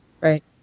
right